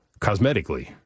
cosmetically